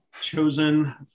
chosen